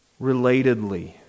Relatedly